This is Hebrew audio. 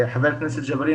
חבר הכנסת ג'בארין,